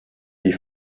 die